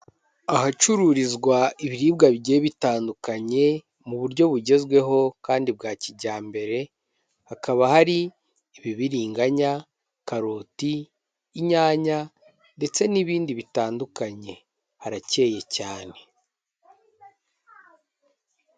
Ahacururizwa ibiribwa bigiye bitandukanye mu buryo bugezweho kandi bwa kijyambere, hakaba hari ibibiriganya, karoti, inyanya ndetse n'ibindi bitandukanye, haracyeye cyane.